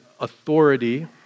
authority